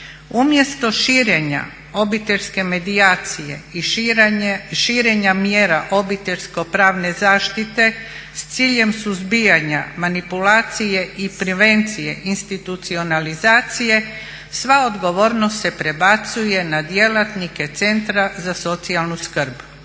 Umjesto širenja obiteljske medijacije i širenja mjera obiteljsko-pravne zaštite s ciljem suzbijanja manipulacije i prevencije institucionalizacije, sva odgovornost se prebacuje na djelatnike centra za socijalnu skrb.